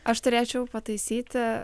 aš turėčiau pataisyti